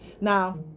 Now